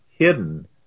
hidden